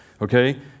Okay